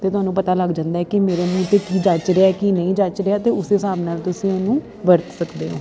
ਅਤੇ ਤੁਹਾਨੂੰ ਪਤਾ ਲੱਗ ਜਾਂਦਾ ਕਿ ਮੇਰੇ ਮੂੰਹ 'ਤੇ ਕੀ ਜੱਚ ਰਿਹਾ ਕੀ ਨਹੀਂ ਜੱਚ ਰਿਹਾ ਅਤੇ ਉਸ ਦੇ ਹਿਸਾਬ ਨਾਲ ਤੁਸੀਂ ਉਹਨੂੰ ਵਰਤ ਸਕਦੇ ਹੋ